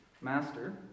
Master